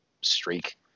streak